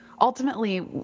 ultimately